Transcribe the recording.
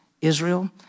Israel